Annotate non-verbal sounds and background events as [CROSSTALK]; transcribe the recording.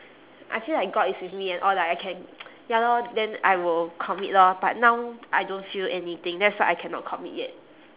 I feel like god is with me and all like I can [NOISE] ya lor then I will commit lor but now I don't feel anything that's why I cannot commit yet